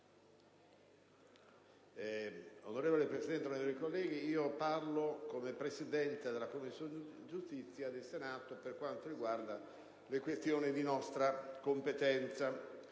Onorevole Presidente, onorevoli colleghi, intervengo come Presidente della Commissione giustizia del Senato per quanto riguarda le questioni di nostra competenza.